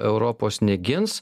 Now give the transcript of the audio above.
europos negins